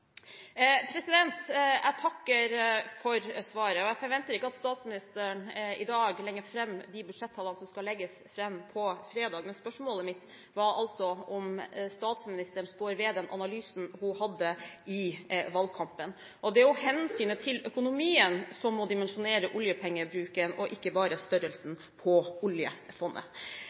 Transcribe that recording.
Jeg takker for svaret. Jeg forventer ikke at statsministeren i dag legger fram budsjettallene som skal legges fram på fredag, men spørsmålet mitt var om statsministeren står ved analysen hun hadde i valgkampen. Det er hensynet til økonomien – ikke bare størrelsen på oljefondet – som må dimensjonere oljepengebruken.